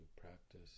practice